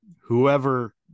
whoever